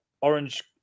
orange